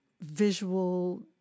visual